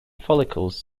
follicles